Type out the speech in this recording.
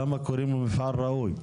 למה קוראים לו מפעל ראוי?